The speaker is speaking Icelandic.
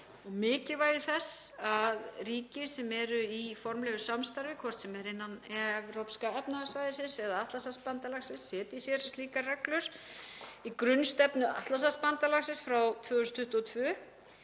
mikilvægi þess að ríki sem eru í formlegu samstarfi, hvort sem er innan Evrópska efnahagssvæðisins eða Atlantshafsbandalagsins, setji sér slíkar reglur. Í grunnstefnu Atlantshafsbandalagsins frá 2022